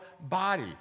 body